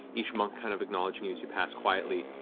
each monk kind of acknowledging you as you pass quietly,